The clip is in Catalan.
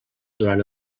durant